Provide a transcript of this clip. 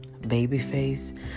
Babyface